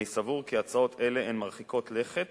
אני סבור כי הצעות אלה הן מרחיקות לכת